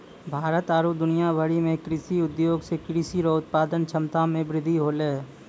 भारत आरु दुनिया भरि मे कृषि उद्योग से कृषि रो उत्पादन क्षमता मे वृद्धि होलै